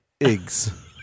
eggs